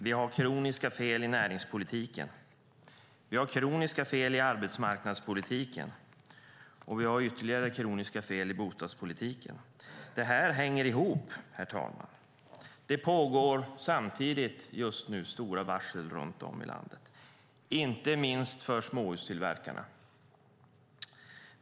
Vi har kroniska fel i näringspolitiken, vi har kroniska fel i arbetsmarknadspolitiken och vi har ytterligare kroniska fel i bostadspolitiken. Det här hänger ihop, herr talman. Det pågår samtidigt just nu stora varsel runt om i landet, inte minst för småhustillverkarna.